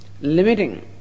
limiting